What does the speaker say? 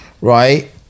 right